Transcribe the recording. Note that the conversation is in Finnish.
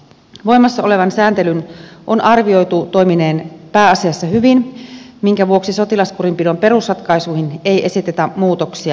voimassa olevan sääntelyn on arvioitu toimineen pääasiassa hyvin minkä vuoksi sotilaskurinpidon perusratkaisuihin ei esitetä muutoksia